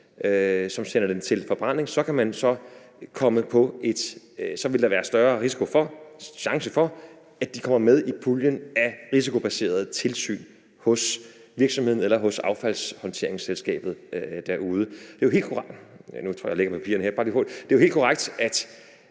burde afvist, til forbrænding. Og så vil der være større risiko eller chance for, at de kommer med i puljen af risikobaserede tilsyn hos virksomheden eller hos affaldshåndteringsselskabet derude. Det er jo helt korrekt, at